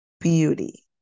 Beauty